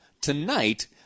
tonight